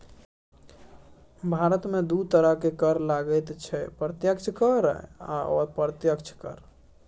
भारतमे दू तरहक कर लागैत छै प्रत्यक्ष कर आ अप्रत्यक्ष कर